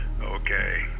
Okay